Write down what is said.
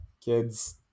kids